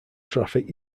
traffic